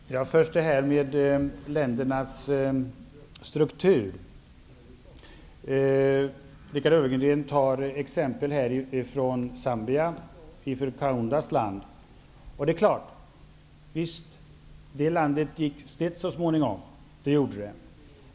Herr talman! Först detta med ländernas struktur. Richard Ulfvengren tar exempel från Zambia, från Kaundas land. Visst, för det landet gick det snett så småningom.